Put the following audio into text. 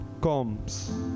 comes